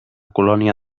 colònia